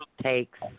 takes